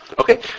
Okay